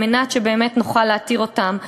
כדי שבאמת נוכל להתיר אותן.